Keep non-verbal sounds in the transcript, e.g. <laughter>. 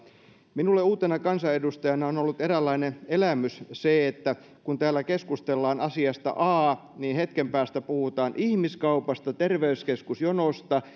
minulle uutena kansanedustajana on ollut eräänlainen elämys se että kun täällä keskustellaan asiasta a niin hetken päästä puhutaan ihmiskaupasta terveyskeskusjonoista <unintelligible>